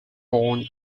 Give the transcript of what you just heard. born